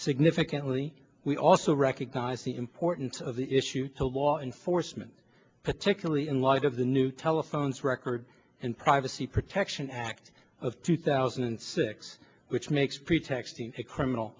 significantly we also recognize the importance of the issue to law enforcement particularly in light of the new telephones record and privacy protection act of two thousand and six which makes